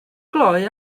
glou